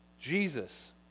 Jesus